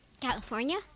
California